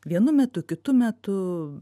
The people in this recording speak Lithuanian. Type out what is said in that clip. vienu metu kitu metu